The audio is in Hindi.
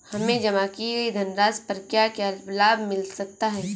हमें जमा की गई धनराशि पर क्या क्या लाभ मिल सकता है?